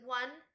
one